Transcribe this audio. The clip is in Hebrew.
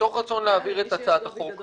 ומתוך רצון להעביר את הצעת החוק,